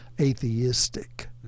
atheistic